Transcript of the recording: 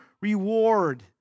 reward